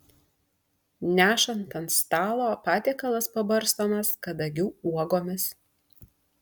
nešant ant stalo patiekalas pabarstomas kadagių uogomis